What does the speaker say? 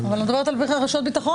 אבל אני לא מדברת על רשויות ביטחון,